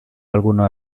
algunos